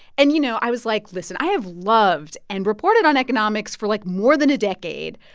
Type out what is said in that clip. and, you know, i was like, listen. i have loved and reported on economics for, like, more than a decade.